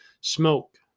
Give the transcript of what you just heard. Smoke